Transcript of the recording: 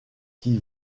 qui